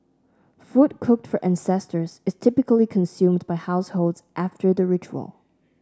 food cooked for ancestors is typically consumed by households after the ritual